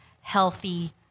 healthy